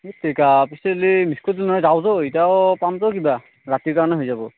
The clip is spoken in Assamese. হেততেৰিকা পিছে বিস্কুট লৈ যাওঁতো এতিয়াও ৰাতিৰ কাৰণে হৈ যাব